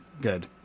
good